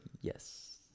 yes